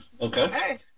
Okay